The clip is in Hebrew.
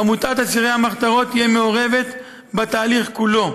עמותת אסירי המחתרות תהיה מעורבת בתהליך כולו,